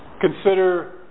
Consider